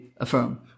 affirm